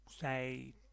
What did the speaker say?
say